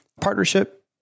partnership